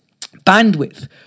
bandwidth